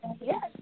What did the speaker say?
Yes